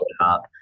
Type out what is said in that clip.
up